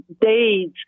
days